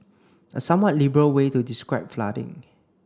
a somewhat liberal way to describe flooding